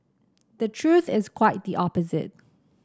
the truth is quite the opposite